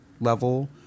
level